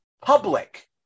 public